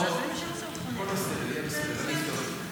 --- הכול בסדר, אני אפתור את זה.